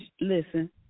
listen